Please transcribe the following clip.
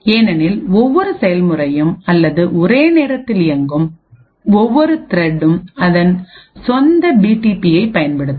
ஏனெனில் ஒவ்வொரு செயல்முறையும் அல்லது ஒரே நேரத்தில் இயங்கும் ஒவ்வொரு த்ரெட்ம் அதன் சொந்த பிடிபிஐப் பயன்படுத்தும்